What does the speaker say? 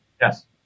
Yes